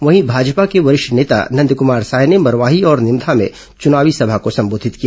वहीं भाजपा के वरिष्ठ नेता नंदकुमार साय ने मरवाही और निमधा में चुनावी सभा को संबोधित किया